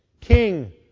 King